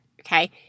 okay